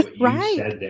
Right